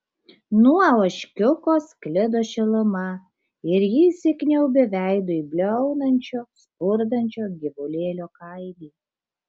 nuo ožkiuko sklido šiluma ir ji įsikniaubė veidu į bliaunančio spurdančio gyvulėlio kailį